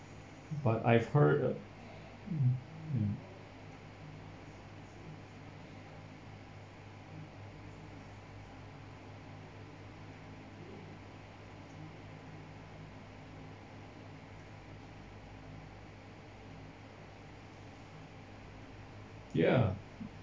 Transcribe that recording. but I've heard uh mm mm ya